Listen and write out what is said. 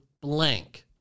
blank